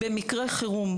במקרה חירום,